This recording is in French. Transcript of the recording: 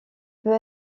peut